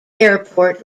airport